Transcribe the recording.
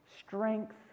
strength